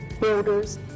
builders